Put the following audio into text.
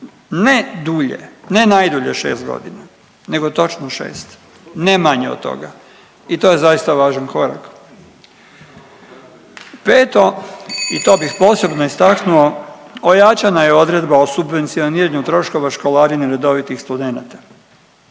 ne dulje, ne najdulje od 6 godina nego točno 6, ne manje od toga i to je zaista važan korak. Peto, i to bih posebno istaknuo ojačana je odredba o subvencioniranju troškova školarine redovitih studenata.